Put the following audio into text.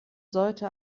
sollte